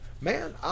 Man